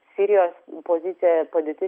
sirijos pozicija padėtis